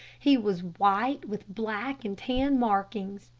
he was white, with black and tan markings.